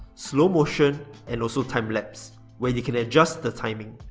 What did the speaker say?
slow motion and also time lapse where you can adjust the timing.